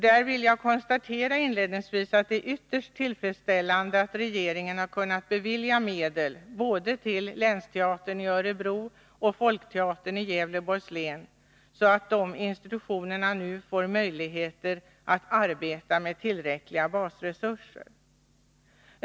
Där vill jag inledningsvis konstatera att det är ytterst tillfredsställande att regeringen nu kunnat bevilja medel både till Länsteatern i Örebro och till Folkteatern i Gävleborgs län, så att dessa institutioner nu får möjlighet att arbeta med tillräckliga basresurser.